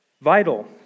vital